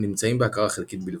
או נמצאים בהכרה חלקית בלבד.